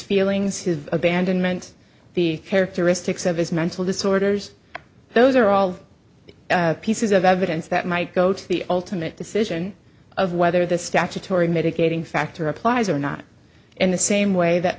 feelings his abandonment the characteristics of his mental disorders those are all pieces of evidence that might go to the ultimate decision of whether the statutory mitigating factor applies or not in the same way that